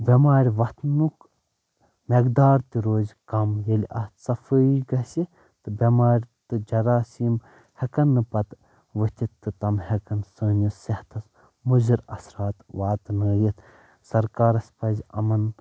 بیٚمارِ وۅتھٕنُک میٚقدار تہِ روزِ کم ییٚلہِ اتھ صفٲیی گژھِ تہٕ بیٚمارِ تہٕ جراسیٖم ہیٚکن نہٕ پتہٕ ؤتھِتھ تہٕ تم ہیٚکن سٲنِس صحتس مُضر اثرات واتٕنٲوِتھ سرکارس پزِ یِمن